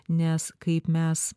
nes kaip mes